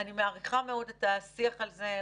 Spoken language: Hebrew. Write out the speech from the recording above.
אני מעריכה מאוד את השיח על זה.